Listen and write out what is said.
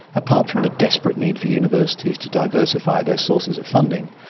apart from the desperate need for universities to diversify their sources of funding,